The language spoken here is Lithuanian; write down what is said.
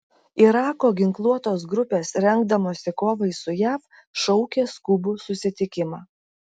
irako ginkluotos grupės rengdamosi kovai su jav šaukia skubų susitikimą